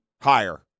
Higher